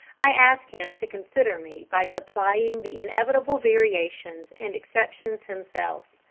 i ask him to consider me by supplying the inevitable variations and exceptions himself.